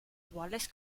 wallis